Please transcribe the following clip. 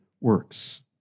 works